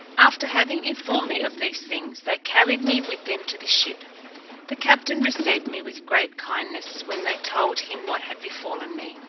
after having informed me of these things, they carried me with them to the ship the captain received me with great kindness, when they told him what had befallen me.